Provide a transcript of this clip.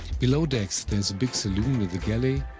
belowdecks there is a big saloon with a galley,